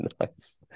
Nice